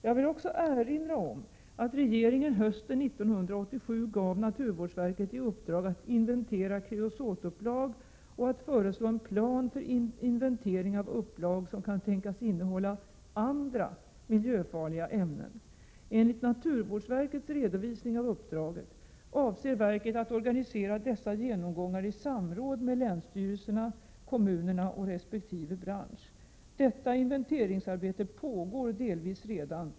Jag vill också erinra om att regeringen hösten 1987 gav naturvårdsverket i uppdrag att inventera kreosotupplag och att föreslå en plan för inventering av upplag som kan tänkas innehålla andra miljöfarliga ämnen. Enligt naturvårdsverkets redovisning av uppdraget avser verket att organisera dessa genomgångar i samråd med länsstyrelserna, kommunerna och resp. bransch. Detta inventeringsarbete pågår delvis redan.